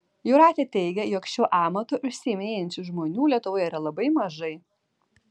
jūratė teigia jog šiuo amatu užsiiminėjančių žmonių lietuvoje yra labai mažai